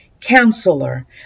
Counselor